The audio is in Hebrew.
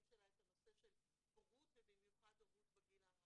שלה את הנושא של הורות ובמיוחד הורות בגיל הרך.